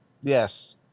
Yes